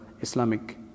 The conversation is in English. Islamic